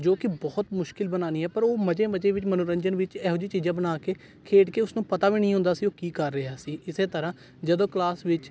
ਜੋ ਕਿ ਬਹੁਤ ਮੁਸ਼ਕਿਲ ਬਣਾਉਣੀ ਹੈ ਪਰ ਉਹ ਮਜ਼ੇ ਮਜ਼ੇ ਵਿੱਚ ਮਨੋਰੰਜਨ ਵਿੱਚ ਇਹੋ ਜਿਹੀਆਂ ਚੀਜ਼ਾਂ ਬਣਾ ਕੇ ਖੇਡ ਕੇ ਉਸਨੂੰ ਪਤਾ ਵੀ ਨਹੀਂ ਹੁੰਦਾ ਸੀ ਉਹ ਕੀ ਕਰ ਰਿਹਾ ਸੀ ਇਸੇ ਤਰ੍ਹਾਂ ਜਦੋਂ ਕਲਾਸ ਵਿੱਚ